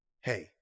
hey